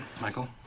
Michael